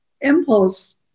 impulse